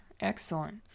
Excellent